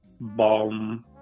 Boom